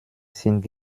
sind